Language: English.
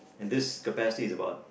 and this capacity is about